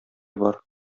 бaр